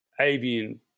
avian